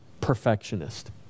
perfectionist